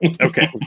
okay